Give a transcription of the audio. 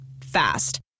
Fast